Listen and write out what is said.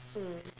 mm